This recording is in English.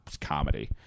comedy